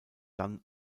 dann